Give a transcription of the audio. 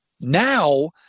Now